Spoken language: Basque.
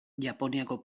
japoniako